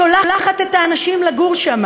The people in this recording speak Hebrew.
שולחת את האנשים לגור שם